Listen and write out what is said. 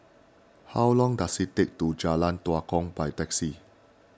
how long does it take to Jalan Tua Kong by taxi